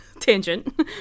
Tangent